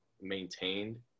maintained